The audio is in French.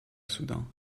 soudain